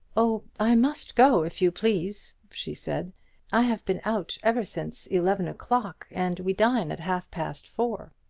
oh, i must go, if you please, she said i have been out ever since eleven o'clock, and we dine at half-past four.